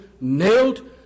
nailed